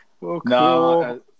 no